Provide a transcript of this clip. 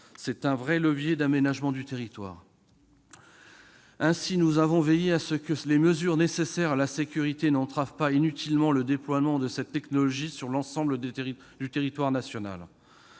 d'un vrai levier d'aménagement du territoire. Ainsi, nous avons veillé à ce que les mesures nécessaires à la sécurité n'entravent pas inutilement le déploiement de cette technologie sur l'ensemble du territoire national.